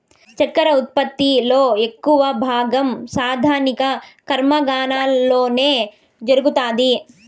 చక్కర ఉత్పత్తి లో ఎక్కువ భాగం స్థానిక కర్మాగారాలలోనే జరుగుతాది